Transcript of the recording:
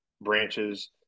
branches